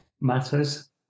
matters